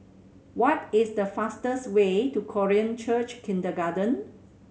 what is the fastest way to Korean Church Kindergarten